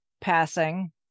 passing